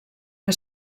que